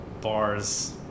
bars